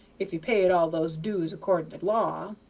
if you paid all those dues according to law.